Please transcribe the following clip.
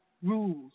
Rules